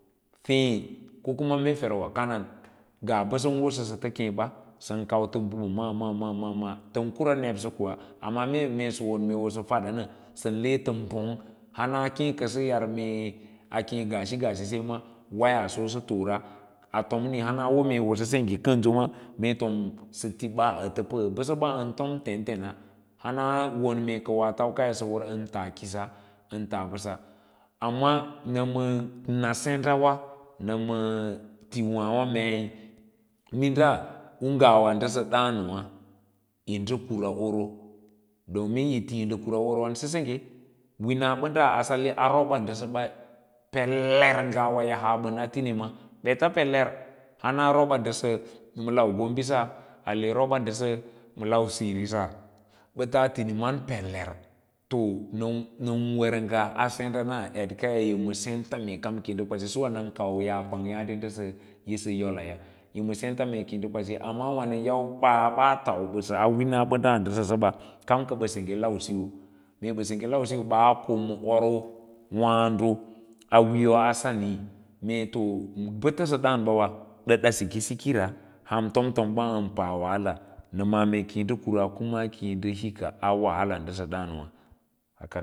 Feee ko kuna mee ferwa kaan ngaa ba ssan wosa wosata meet bas an kauta aba maa maa maa maa ta kura nebsa kuwa amma mee sawon mee wosa fada na soan le ta bong hana kee kasa yara a kee ga shi geshi sa waya sosa toora atomni hana wo mee wosa sengge kanso mee tomsa ti baa ta paa bas aba an tom tentena hana won mee ka taukaya sawar antaa kiss an taa mbasa amma nama na sendawa maa tiwaawa meei minda u uyawe nda daanwa yin da kura oro domin yi atii nda kura orowan sa sengga wina bada hana nda gwad sa satai ppeer sera pelr haa ban a tinims hana roba ndasa ma lau gombi suwa roba nda sa ma lau siri sa batas tiniman peler to nan nan war ngas a senderana wa edkayi sents mee kam kiyi kwasi suwa nan kau yaa kwang yaade ndasa y isa yola a yima sents kiyi kwasi amma wa nan yau baa ba tau basa a wina bada ndaa saba kam ka ba sengge lausiyo, mee segge lausiyo baa koma oro waado a wiiyaa sani mee to ba tasa daan b awa dada sikisik aa ham tom tom maaba an pa wahala na maa mee kiyi nda kura kuma kyi nda hiki a wahala ndasa daawa